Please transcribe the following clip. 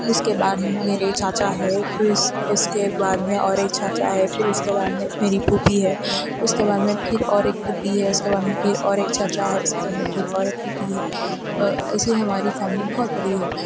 اس کے بعد میرے چاچا ہے پھر اس اس کے بعد میں اور ایک چاچا ہے پھر اس کے بعد میں میری پھوپھی ہے اس کے بعد میں پھر اور ایک پھوپھی ہے اس کے بعد میں پھر اور ایک چاچا ہے اس کے بعد میں پھر اور ایک پھوپھی ہے ایسے ہماری فیملی بہت بڑی ہے